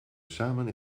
samen